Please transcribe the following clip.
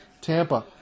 Tampa